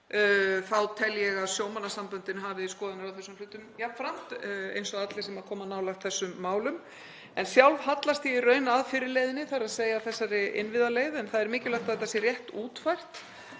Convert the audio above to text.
þá tel ég að sjómannasamböndin hafi skoðanir á þessum hlutum jafnframt, eins og allir sem koma nálægt þessum málum. Sjálf hallast ég í raun að fyrri leiðinni, þ.e. þessari innviðaleið, en það er mikilvægt að þetta sé rétt útfært